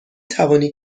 توانی